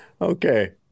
okay